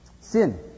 Sin